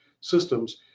systems